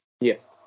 Yes